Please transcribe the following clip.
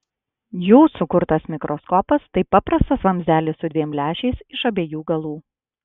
jų sukurtas mikroskopas tai paprastas vamzdelis su dviem lęšiais iš abiejų galų